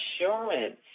insurance